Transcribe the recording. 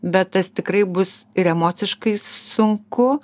bet tas tikrai bus ir emociškai sunku